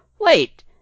Wait